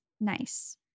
Nice